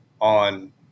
on